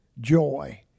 joy